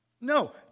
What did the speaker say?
No